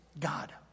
God